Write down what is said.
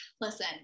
listen